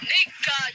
Nigga